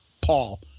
Paul